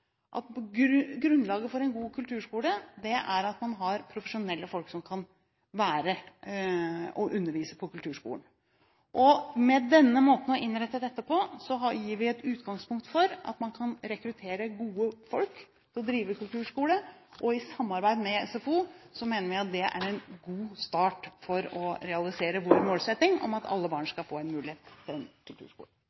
her at grunnlaget for en god kulturskole er at man har profesjonelle folk som kan undervise på kulturskolen. Med den måten å innrette dette på, gir vi et utgangspunkt for at man kan rekruttere gode folk til å drive kulturskole, og i samarbeid med SFO mener vi at det er en god start for å realisere vår målsetting om at alle barn